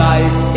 Life